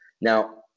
Now